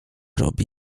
robi